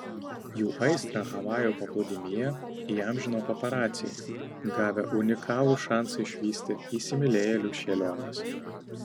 jų aistrą havajų paplūdimyje įamžino paparaciai gavę unikalų šansą išvysti įsimylėjėlių šėliones